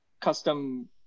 custom